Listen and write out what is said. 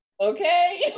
Okay